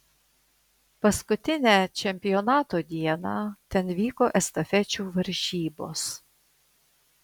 paskutinę čempionato dieną ten vyko estafečių varžybos